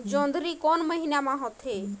जोंदरी कोन महीना म होथे?